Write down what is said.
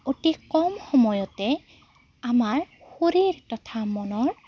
অতি কম সময়তে আমাৰ শৰীৰ তথা মনৰ